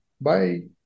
Bye